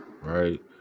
right